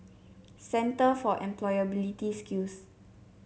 Centre for Employability Skills